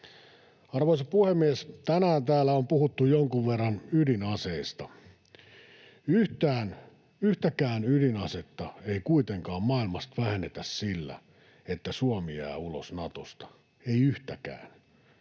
Arvoisa puhemies! Tänään täällä on puhuttu jonkun verran ydinaseista. Yhtäkään ydinasetta ei kuitenkaan maailmasta vähennetä sillä, että Suomi jää ulos Natosta — ei yhtäkään.